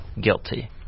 guilty